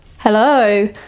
Hello